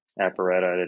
apparatus